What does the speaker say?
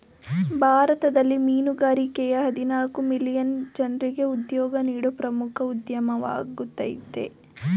ಭಾರತದಲ್ಲಿ ಮೀನುಗಾರಿಕೆಯ ಹದಿನಾಲ್ಕು ಮಿಲಿಯನ್ ಜನ್ರಿಗೆ ಉದ್ಯೋಗ ನೀಡೋ ಪ್ರಮುಖ ಉದ್ಯಮವಾಗಯ್ತೆ